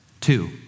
Two